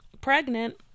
Pregnant